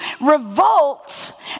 revolt